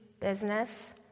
business